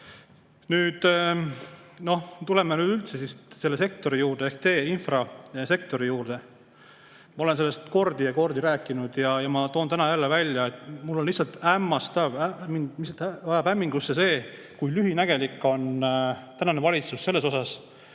nüüd üldse selle sektori juurde ehk tee‑ ja infrasektori juurde. Ma olen sellest palju kordi rääkinud ja ma toon täna jälle välja, et on lihtsalt hämmastav, lihtsalt ajab hämmingusse see, kui lühinägelik on tänane valitsus selles,